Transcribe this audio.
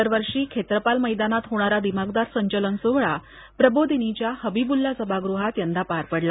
दरवर्षी खेत्रपाल मैदानात होणार दिमाखदार संचलन सोहळा प्रबोधीनिच्या हबिबुल्ला सभागृहात पार पडला